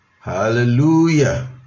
Hallelujah